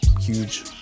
huge